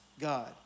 God